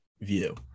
view